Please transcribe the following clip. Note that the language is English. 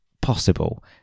possible